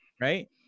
right